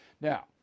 Now